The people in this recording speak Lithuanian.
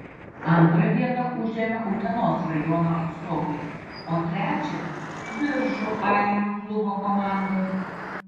antrą vietą užėmė utenos rajono atstovai o trečią biržų aeroklubo komanda